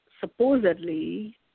supposedly